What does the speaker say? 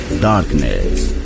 Darkness